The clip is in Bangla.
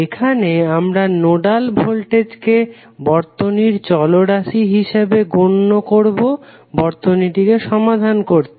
এখানে আমরা নোডাল ভোল্টেজকে বর্তনীর চলরাশি হিসাবে গণ্য করবো বর্তনীটিকে সমাধান করতে